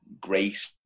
great